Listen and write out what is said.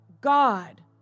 God